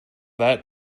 that